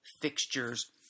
fixtures